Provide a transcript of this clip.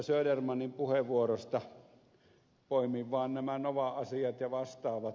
södermanin puheenvuorosta poimin vaan nämä nova asiat ja vastaavat